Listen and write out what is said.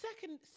Second